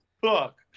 Fuck